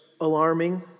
alarming